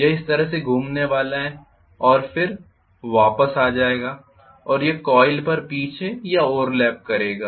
यह इस तरह घूमने वाला है और फिर वापस आ जाएगा और यह कॉइल पर पीछे या ओवरलैप करेगा